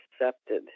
accepted